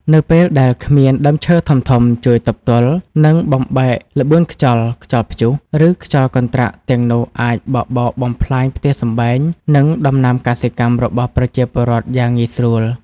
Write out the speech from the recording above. នៅពេលដែលគ្មានដើមឈើធំៗជួយទប់ទល់ និងបំបែកល្បឿនខ្យល់ ខ្យល់ព្យុះ ឬខ្យល់កន្ត្រាក់ទាំងនោះអាចបក់បោកបំផ្លាញផ្ទះសម្បែង និងដំណាំកសិកម្មរបស់ប្រជាពលរដ្ឋយ៉ាងងាយស្រួល។